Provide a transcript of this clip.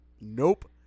Nope